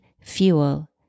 fuel